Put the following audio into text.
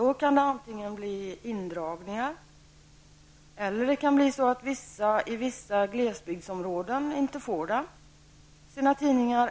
och inte har råd, kan det antingen bli fråga om indragningar eller att vissa personer i vissa glesbygdsområden inte får sina tidningar.